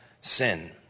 sin